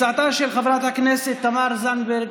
הצעתה של חברת הכנסת תמר זנדברג,